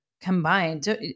combined